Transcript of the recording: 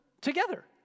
together